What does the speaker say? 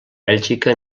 bèlgica